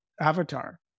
avatar